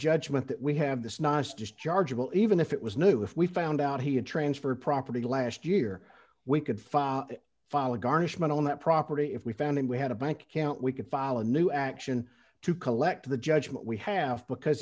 judgment that we have this nice dischargeable even if it was new if we found out he had transferred property last year we could file file a garnishment on that property if we found him we had a bank account we could file a new action to collect the judgment we have because